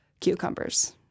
Cucumbers